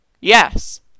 Yes